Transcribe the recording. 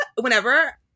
whenever